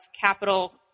capital